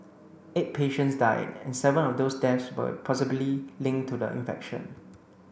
eight patients died and seven of those deaths were possibly linked to the infection